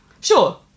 Sure